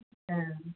औ